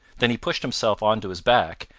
then he pushed himself on to his back,